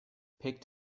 picked